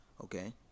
Okay